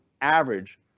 average